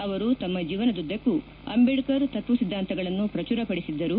ಅವರು ತಮ್ಮ ಜೀವನದುದ್ದಕ್ಕೂ ಅಂಬೇಡ್ಕರ್ ತತ್ವ ಸಿದ್ದಾಂತಗಳನ್ನು ಪ್ರಚುರ ಪಡಿಸಿದ್ದರು